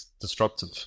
destructive